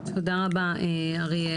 תודה רבה אריאל,